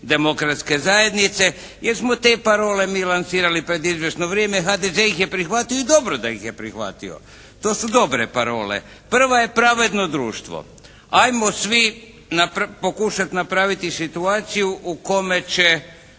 demokratske zajednice, jer smo te parole mi lansirali pred izvjesno vrijeme, HDZ ih je prihvatio i dobro da ih je prihvatio. To su dobre parole. Prva je pravedno društvo. Ajmo svi pokušati napraviti situaciju u kojoj će